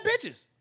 bitches